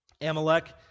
Amalek